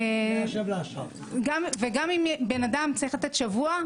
גם אם בן-אדם צריך לתת שבוע,